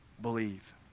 believe